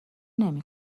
نمی